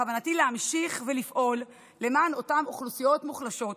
בכוונתי להמשיך לפעול למען אותן אוכלוסיות מוחלשות,